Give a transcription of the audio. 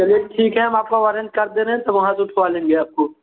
चलिए ठीक है हम आपका वॉरन्ट काट दे रहे हैं तब वहाँ से उठवा लेंगे आपको